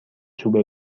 چوب